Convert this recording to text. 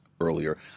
earlier